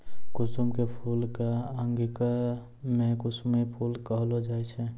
कुसुम के फूल कॅ अंगिका मॅ कुसमी फूल कहलो जाय छै